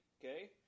okay